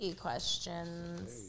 questions